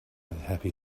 happy